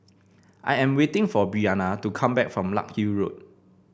I am waiting for Breana to come back from Larkhill Road